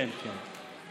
כן, כן.